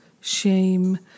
shame